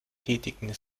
tätigen